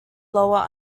lower